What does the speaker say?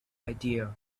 idea